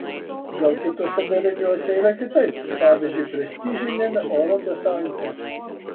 gal kituose daliniuose yra kitaip pavyzdžiui prestižiniame oro desante